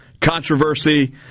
Controversy